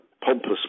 pompous